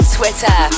Twitter